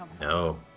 No